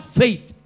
faith